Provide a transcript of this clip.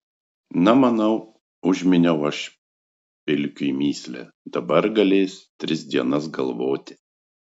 na manau užminiau aš pilkiui mįslę dabar galės tris dienas galvoti